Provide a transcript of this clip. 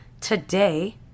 today